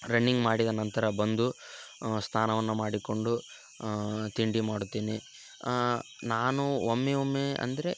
running ಮಾಡಿದ ನಂತರ ಬಂದು ಸ್ನಾನವನ್ನು ಮಾಡಿಕೊಂಡು ತಿಂಡಿ ಮಾಡುತ್ತೇನೆ ನಾನು ಒಮ್ಮೆ ಒಮ್ಮೆ ಅಂದರೆ